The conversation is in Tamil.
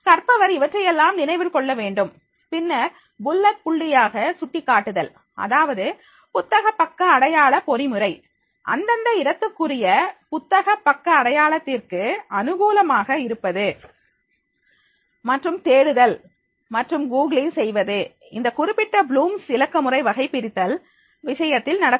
எனவே கற்பவர் இவற்றையெல்லாம் நினைவில் கொள்ள வேண்டும் பின்னர் புல்லட் புள்ளியாக சுட்டிக்காட்டுதல் அதாவது புத்தகப் பக்க அடையாள பொறிமுறை அந்தந்த இடத்துக்குரிய புத்தக பக்க அடையாளதிற்கு அனுகூலமாக இருப்பது மற்றும் தேடுதல் மற்றும் கூகுளிங் செய்வது இந்த குறிப்பிட்ட புளூம்ஸ்Blooms இலக்கமுறை வகைபிரித்தல் விஷயத்தில் நடக்கும்